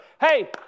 Hey